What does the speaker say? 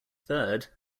third